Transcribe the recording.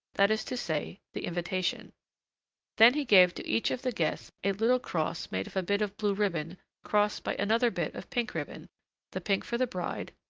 that is to say, the invitation then he gave to each of the guests a little cross made of a bit of blue ribbon crossed by another bit of pink ribbon the pink for the bride,